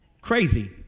crazy